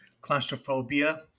claustrophobia